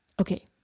Okay